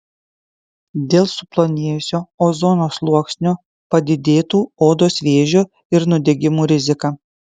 dėl suplonėjusio ozono sluoksnio padidėtų odos vėžio ir nudegimų rizika